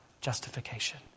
justification